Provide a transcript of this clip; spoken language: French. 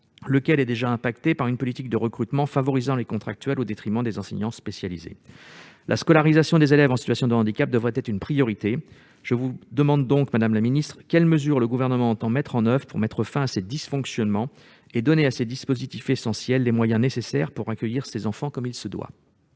lequel subit déjà les conséquences d'une politique de recrutement favorisant les contractuels au détriment des enseignants spécialisés. La scolarisation des élèves en situation de handicap devrait être une priorité. Aussi, madame la ministre, quelles mesures le Gouvernement entend-il mettre en oeuvre pour mettre fin à ces dysfonctionnements et donner à ces dispositifs essentiels les moyens nécessaires pour accueillir les enfants comme il se doit